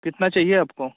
कितना चाहिए आपको